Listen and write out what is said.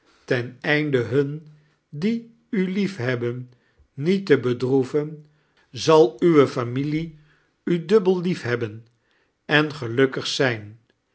ten einde hum die u liefhebben niet te bedroeven zal uwe familie u dubbel liefhebben en gelukkig zijn